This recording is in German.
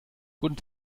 guten